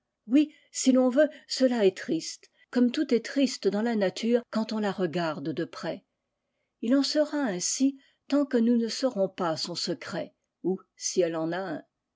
oui si l'on veut cela est triste comme tout est triste dans la nature quand on la regarde de près il en sera ainsi tant que nous ne saurons pas son secret ou si elle en a un